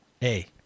Hey